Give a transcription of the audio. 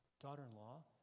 daughter-in-law